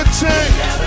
change